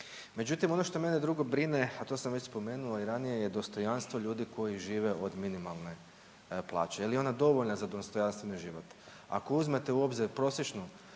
Međutim, ono što mene drugo brine, a to sam već spomenuo i ranije je dostojanstvo ljudi koji žive od minimalne plaće, je li ona dovoljna za dostojanstven život? Ako uzmete u obzir prosječnog